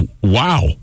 wow